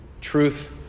truth